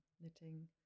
knitting